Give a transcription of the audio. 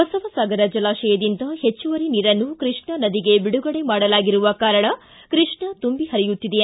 ಬಸವಸಾಗರ ಜಲಾಶಯದಿಂದ ಹೆಚ್ಚುವರಿ ನೀರನ್ನು ಕೃಷ್ಣಾ ನದಿಗೆ ಬಿಡುಗಡೆ ಮಾಡಲಾಗಿರುವ ಕಾರಣ ಕೃಷ್ಣಾ ತುಂಬಿ ಪರಿಯುತ್ತಿದೆ